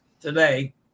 today